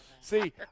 See